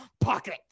pocket